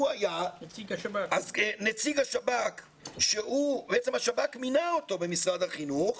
הוא היה נציג השב"כ שבעצם השב"כ מינה אותו במשרד החינוך,